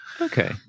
okay